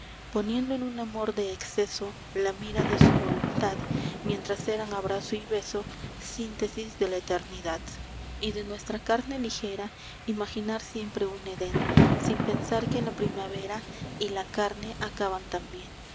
poniendo en un amor de exceso la mira de su voluntad mientras eran abrazo y beso síntesis de la eternidad y de nuestra carne ligera imaginar siempre un edén sin pensar que la primavera y la carne acaban también